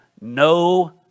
no